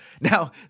Now